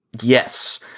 Yes